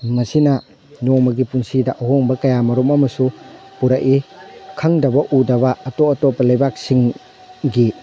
ꯃꯁꯤꯅ ꯅꯣꯡꯃꯒꯤ ꯄꯨꯟꯁꯤꯗ ꯑꯍꯣꯡꯕ ꯀꯌꯥ ꯃꯔꯨꯝ ꯑꯃꯁꯨ ꯄꯨꯔꯛꯏ ꯈꯪꯗꯕ ꯎꯗꯕ ꯑꯇꯣꯞ ꯑꯇꯣꯞꯄ ꯂꯩꯕꯥꯛꯁꯤꯡꯒꯤ